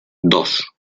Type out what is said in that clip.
dos